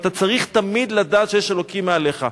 אתה צריך תמיד לדעת שיש אלוקים מעליך.